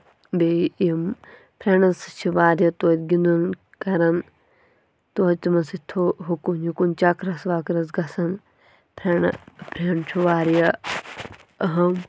بیٚیہِ یِم فرینڈ سۭتۍ چھِ واریاہ توتہِ گِنٛدُن کَرَان توتہِ تِمَن سۭتۍ ہُکُن یُکُن چَکرَس وَکرَس گَژھَان فرٛٮ۪نٛڈ فرٛٮ۪نٛڈ چھُ واریاہ أہم